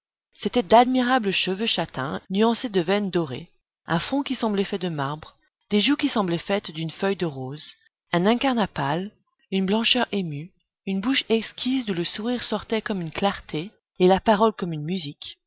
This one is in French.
c'étaient d'admirables cheveux châtains nuancés de veines dorées un front qui semblait fait de marbre des joues qui semblaient faites d'une feuille de rose un incarnat pâle une blancheur émue une bouche exquise d'où le sourire sortait comme une clarté et la parole comme une musique